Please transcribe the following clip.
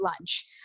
lunch